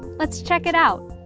let's check it out.